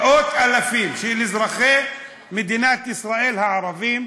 מאות אלפים של אזרחי מדינת ישראל הערבים,